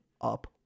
up